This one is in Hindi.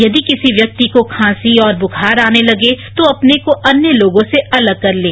यदि किसी व्यक्ति को खांसी और बुखार आने लगे तो अपने को अन्य लोगों से अलग कर लें